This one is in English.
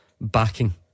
backing